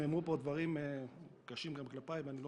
נאמרו פה דברים קשים גם כלפיי ואני לא